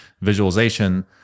visualization